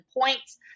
points